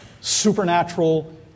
Supernatural